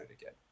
again